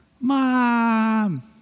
mom